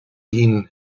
ihnen